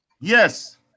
Yes